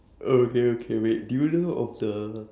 okay okay wait wait do you know of the